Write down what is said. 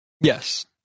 Yes